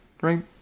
right